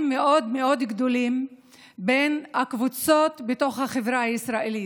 מאוד מאוד גדולים בין הקבוצות בתוך החברה הישראלית,